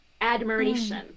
admiration